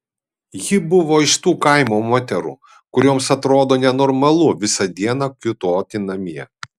ji buvo iš tų kaimo moterų kurioms atrodo nenormalu visą dieną kiūtoti namie